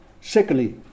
Secondly